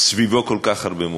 וסביבו כל כך הרבה מומחים.